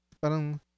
parang